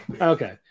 Okay